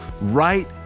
right